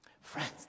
Friends